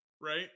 right